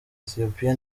ethiopia